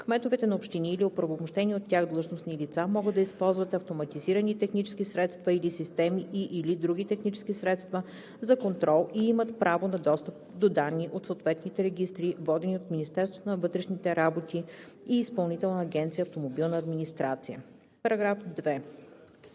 кметовете на общини или оправомощени от тях длъжностни лица могат да използват автоматизирани технически средства или системи и/или други технически средства за контрол, и имат право на достъп до данни от съответните регистри, водени от Министерството на вътрешните работи и Изпълнителна агенция „Автомобилна администрация“.“ По § 2